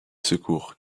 secours